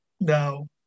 No